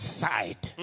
side